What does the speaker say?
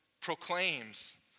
proclaims